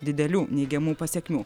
didelių neigiamų pasekmių